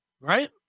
Right